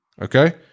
Okay